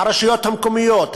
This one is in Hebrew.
הרשויות המקומיות,